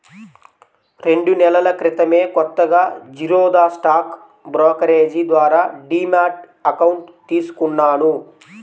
రెండు నెలల క్రితమే కొత్తగా జిరోదా స్టాక్ బ్రోకరేజీ ద్వారా డీమ్యాట్ అకౌంట్ తీసుకున్నాను